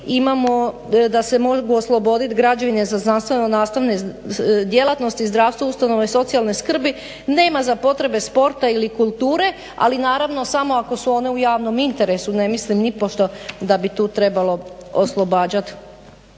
da se mogu osloboditi građevine za znanstveno-nastavne djelatnosti zdravstva, ustanove socijalne skrbi nema za potrebe sporta ili kulture ali naravno samo ako su one u javnom interesu. Ne mislim nipošto da bi tu trebalo oslobađati